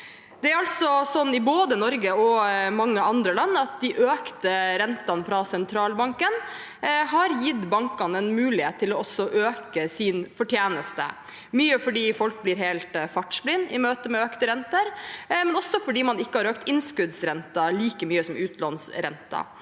Det er altså sånn, i både Norge og mange andre land, at de økte rentene fra sentralbanken har gitt bankene en mulighet til også å øke sin fortjeneste – mye fordi folk blir helt fartsblind i møte med økte renter, men også fordi man ikke har økt innskuddsrenten like mye som utlånsrenten.